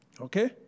Okay